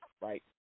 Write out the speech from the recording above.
right